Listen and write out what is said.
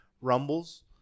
rumbles